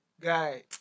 Guy